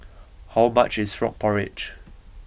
how much is Frog Porridge